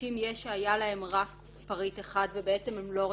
אנשים יש שהיה להם רק פריט אחד ובעצם הם לא רצידיביסטים?